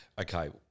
Okay